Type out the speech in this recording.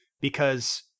Because-